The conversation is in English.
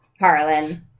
Harlan